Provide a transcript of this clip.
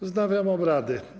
Wznawiam obrady.